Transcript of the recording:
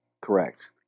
correct